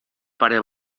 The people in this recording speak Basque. pare